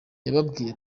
yababwiye